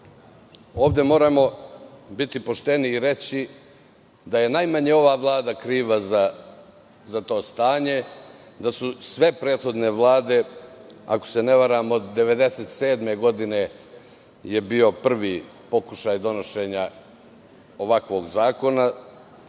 ovde moramo biti pošteni i reći da je najmanje ova Vlada kriva za to stanje, da su sve prethodne vlade, ako se ne varam, od 1997. godine je bio prvi pokušaj donošenja ovakvog zakona,